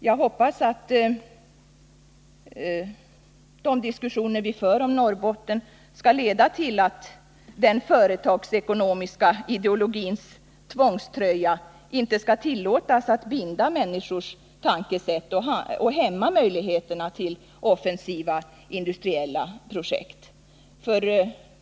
Jag hoppas att de diskussioner vi för 3 december 1979 om Norrbotten skall leda till att den företagsekonomiska ideologins tvångströja inte skall tillåtas att binda människors sätt att tänka och hämma möjligheterna till offensiva industriella projekt.